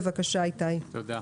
תודה.